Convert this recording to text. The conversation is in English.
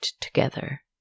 together